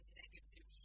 negative